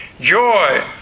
Joy